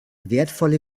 wertvolle